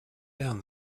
down